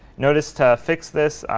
notice to fix this,